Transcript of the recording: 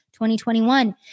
2021